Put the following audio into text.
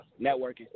networking